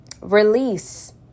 release